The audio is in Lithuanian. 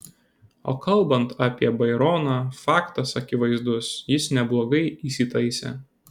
o kalbant apie baironą faktas akivaizdus jis neblogai įsitaisė